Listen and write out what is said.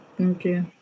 okay